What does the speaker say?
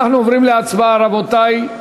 אנחנו עוברים להצבעה, רבותי.